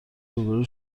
روبرو